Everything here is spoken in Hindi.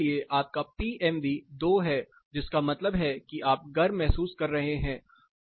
उदाहरण के लिए आपका पी एम वी 2 है जिसका मतलब है कि आप गर्म महसूस कर रहे हैं